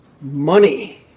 money